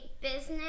business